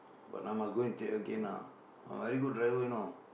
but now must go and take again ah I'm a very good driver you know